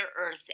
Earth